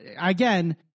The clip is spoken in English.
again